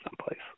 someplace